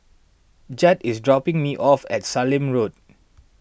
Jett is dropping me off at Sallim Road